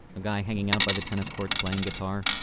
a guy hanging out by the tennis courts playing guitar.